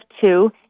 two